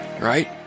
right